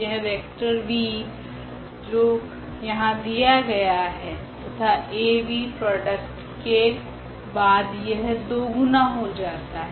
यह vector v जो यहाँ दिया गया है तथा Av प्रॉडक्ट के बाद यह 2 गुना हो जाता है